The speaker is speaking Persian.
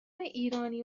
ایرانی